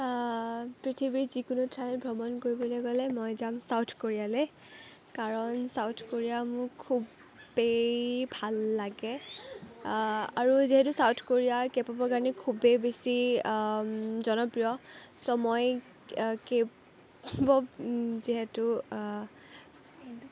পৃথিৱীৰ যিকোনো ঠাই ভ্ৰমণ কৰিবলে গ'লে মই যাম চাউথ কোৰিয়ালে কাৰণ চাউথ কোৰিয়া মোৰ খুবেই ভাল লাগে আৰু যিহেতু চাউথ কোৰিয়া কে প'পৰ কাৰণে খুবেই বেছি জনপ্ৰিয় চ' মই কে প'প যিহেতু